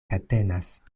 katenas